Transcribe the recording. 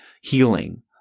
healing